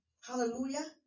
Hallelujah